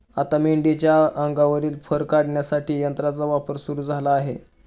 आता मेंढीच्या अंगावरील फर काढण्यासाठी यंत्राचा वापर सुरू झाला आहे